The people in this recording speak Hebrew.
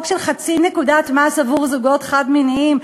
של חצי נקודת מס עבור זוגות חד-מיניים,